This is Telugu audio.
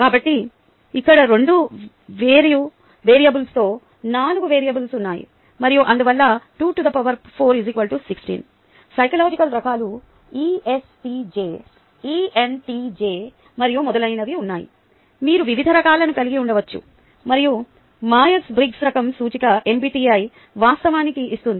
కాబట్టి ఇక్కడ 2 వేరియబుల్స్తో 4 వేరియబుల్స్ ఉన్నాయి మరియు అందువల్ల 24 16 సైకలాజికల్ రకాలు ESTJ ENTJ మరియు మొదలైనవి ఉన్నాయి మీరు వివిధ రకాలను కలిగి ఉండవచ్చు మరియు మైయర్స్ బ్రిగ్స్ రకం సూచిక MBTI వాస్తవానికి ఇస్తుంది